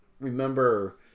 remember